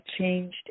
changed